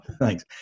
Thanks